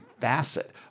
facet